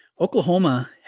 Oklahoma